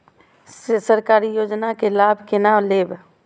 सरकारी योजना के लाभ केना लेब?